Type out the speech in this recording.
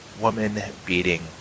woman-beating